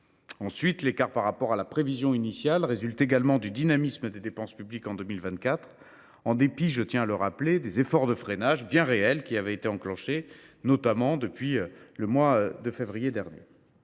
Ensuite, l’écart par rapport à la prévision initiale résulte du dynamisme des dépenses publiques en 2024, en dépit – je tiens à le rappeler – des efforts de freinage bien réels qui ont été enclenchés, dès le mois de février dernier,